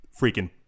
freaking